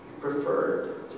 preferred